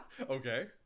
Okay